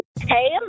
Hey